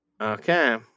Okay